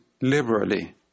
liberally